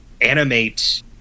animate